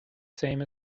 same